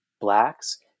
blacks